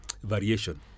Variation